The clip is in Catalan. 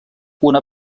una